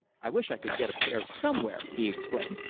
i wish i could get a pair somewhere! he exclaimed.